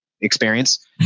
experience